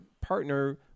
partner